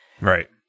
right